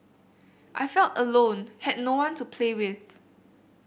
I felt alone had no one to play with